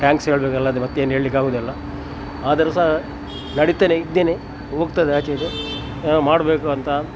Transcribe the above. thanks ಹೇಳ್ಬೇಕು ಅಲ್ಲದೆ ಮತ್ತೇನು ಹೇಳ್ಲಿಕ್ಕೆ ಆಗುದಿಲ್ಲ ಆದರು ಸಾ ನಡಿತೇನೆ ಇದ್ದೇನೆ ಹೋಗ್ತದೆ ಆಚೆ ಇದು ಮಾಡಬೇಕು ಅಂತ